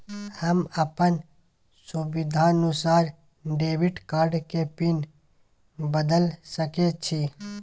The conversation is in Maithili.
हम अपन सुविधानुसार डेबिट कार्ड के पिन बदल सके छि?